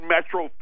Metro